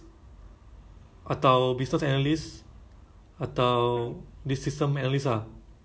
sometimes middle of the night they will call I mean they call you up phone phone support kan